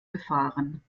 gefahren